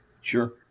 Sure